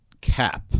cap